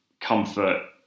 comfort